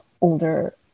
older